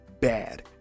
bad